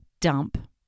dump